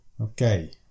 Okay